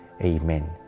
Amen